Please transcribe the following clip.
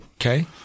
Okay